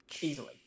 easily